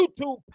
YouTube